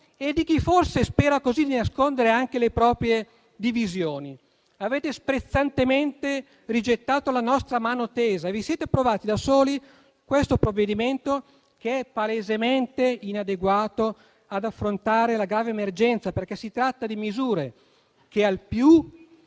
e di chi forse spera così nascondere anche le proprie divisioni. Avete sprezzantemente rigettato la nostra mano tesa e vi siete approvati da soli questo provvedimento, che è palesemente inadeguato ad affrontare la grave emergenza, perché si tratta di misure che al più